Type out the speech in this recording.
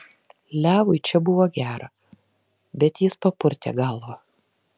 levui čia buvo gera bet jis papurtė galvą